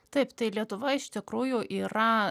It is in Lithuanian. taip tai lietuva iš tikrųjų yra